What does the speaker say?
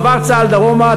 מעבר צה"ל דרומה,